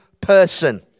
person